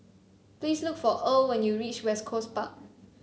please look for Earl when you reach West Coast Park